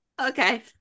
Okay